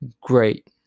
Great